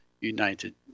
United